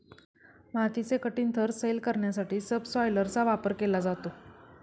मातीचे कठीण थर सैल करण्यासाठी सबसॉयलरचा वापर केला जातो